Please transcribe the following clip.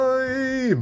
Bye